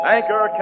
Anchor